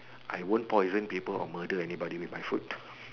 I won't poison people or murder anybody with my food